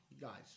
guys